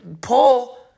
Paul